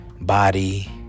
body